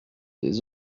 des